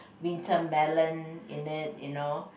wintermelon in it you know